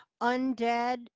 undead